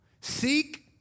seek